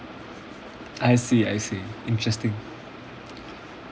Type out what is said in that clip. I see I see interesting